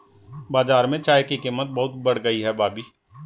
बाजार में चाय की कीमत बहुत बढ़ गई है भाभी